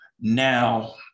Now